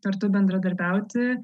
kartu bendradarbiauti